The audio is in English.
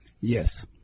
Yes